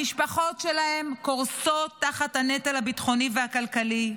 המשפחות שלהם קורסות תחת הנטל הביטחוני והכלכלי.